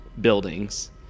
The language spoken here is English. buildings